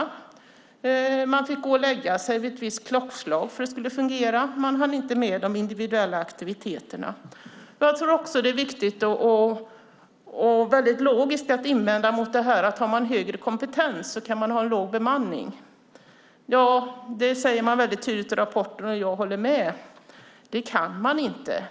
De boende fick gå och lägga sig vid ett visst klockslag för att det hela skulle fungera. Man hann inte med de individuella aktiviteterna. Jag tror att det är viktigt och logiskt att invända mot att om man har högre kompetens kan man ha låg bemanning. I rapporten sägs mycket tydligt, och jag håller med, att man inte kan det.